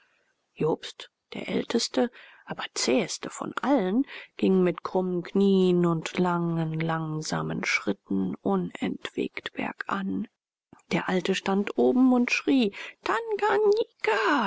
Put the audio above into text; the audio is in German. jobst der älteste aber zäheste von allen ging mit krummen knien und langen langsamen schritten unentwegt bergan der alte stand oben und schrie